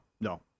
no